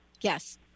Yes